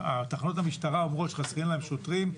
תחנות המשטרה אומרות שחסרים להם שוטרים.